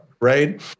right